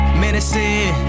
menacing